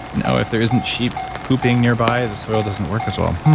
you know if there isn't sheep pooping nearby the soil doesn't work as well.